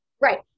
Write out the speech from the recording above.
Right